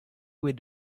with